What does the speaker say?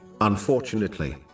unfortunately